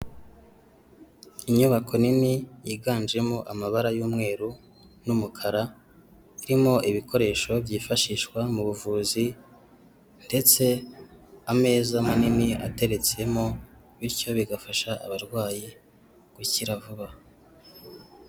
Inyubako nini yiganjemo amabara y'umweru, n'umukara irimo ibikoresho byifashishwa mu buvuzi, ndetse ameza manini atetsemo bityo bigafasha abarwayi gukira vuba.